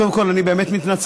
קודם כול אני באמת מתנצל.